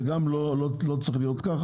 זה לא צריך להיות כך